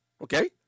Okay